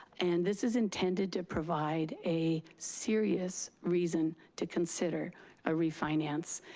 and this is intended to provide a serious reason to consider a refinance,